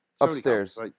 upstairs